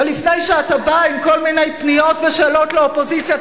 ולפני שאתה בא עם כל מיני פניות ושאלות לאופוזיציה,